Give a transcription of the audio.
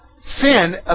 sin